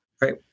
Right